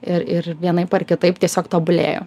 ir ir vienaip ar kitaip tiesiog tobulėjo